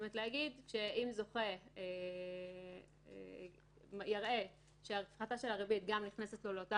הוא אומר שאם זוכה יראה שההפחתה של הריבית נכנסת לו לאותה